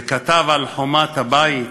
וכתב על חומת הבית: